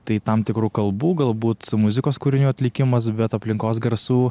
tai tam tikrų kalbų galbūt muzikos kūrinių atlikimas bet aplinkos garsų